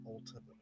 Ultimately